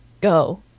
go